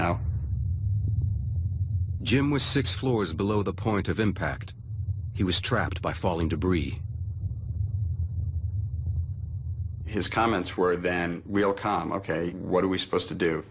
know jim was six floors below the point of impact he was trapped by falling debris his comments were then we'll calm ok what are we supposed to do